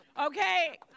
Okay